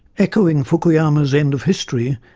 echoing fukuyama's end of history,